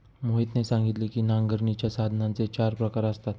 मोहितने सांगितले की नांगरणीच्या साधनांचे चार प्रकार असतात